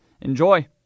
Enjoy